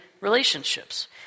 relationships